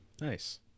Nice